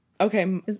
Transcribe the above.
Okay